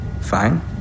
Fine